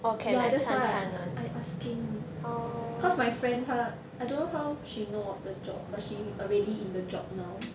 ya that's why I asking cause my friend 他 I don't know how she know of the job but she already in the job now